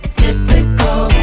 typical